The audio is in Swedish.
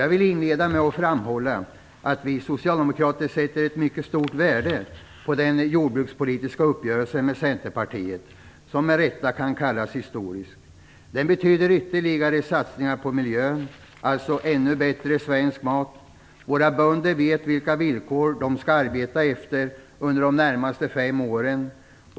Jag vill inleda med att framhålla att vi socialdemokrater sätter ett mycket stort värde på den jordbrukspolitiska uppgörelsen med Centerpartiet, som med rätta kan kallas historisk. Den betyder ytterligare satsningar på miljön, alltså ännu bättre svensk mat. Våra bönder vet vilka villkor de skall arbeta efter under de närmaste fem åren.